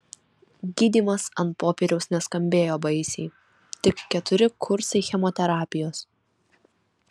gydymas ant popieriaus neskambėjo baisiai tik keturi kursai chemoterapijos